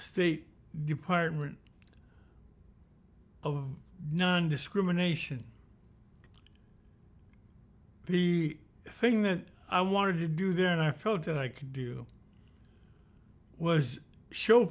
state department of nondiscrimination the thing that i wanted to do then i felt that i could do was show